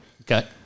Okay